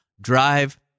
drive